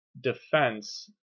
defense